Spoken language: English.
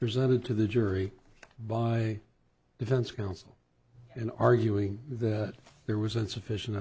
presented to the jury by defense counsel in arguing that there was insufficient